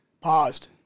paused